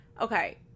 okay